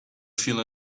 feel